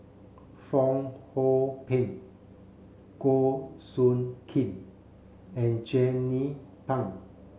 Fong Hoe Beng Goh Soo Khim and Jernnine Pang